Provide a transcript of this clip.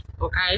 Okay